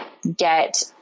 get